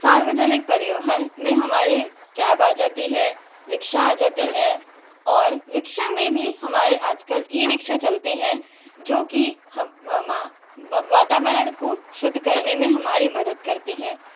सार्वजनिक परिवहन में हमारे कैब आ जाती है रिक्शा आ जातें हैं और रिक्शा में भी हमारे आजकल ई रिक्शा चलते हैं जो कि वातावरण को शुद्ध करने में हमारी मदद करते हैं